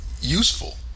useful